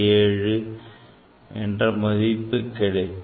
66666667 என்ற மதிப்பு கிடைக்கும்